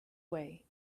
way